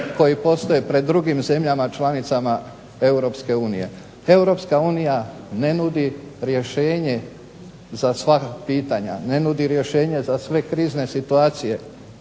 koji postoje pred drugim zemljama članicama Europske unije. Europska unija ne nudi rješenje za sva pitanja, ne nudi rješenje za sve krizne situacije,